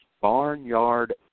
Barnyard